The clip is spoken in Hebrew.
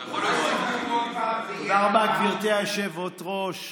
הורדתי את זה לשעה.